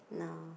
no